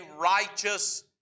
righteous